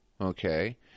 Okay